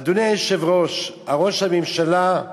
אדוני היושב-ראש, ראש הממשלה,